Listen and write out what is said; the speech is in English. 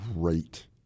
great